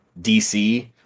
DC